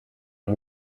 and